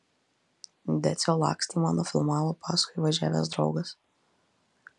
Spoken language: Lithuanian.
decio lakstymą nufilmavo paskui važiavęs draugas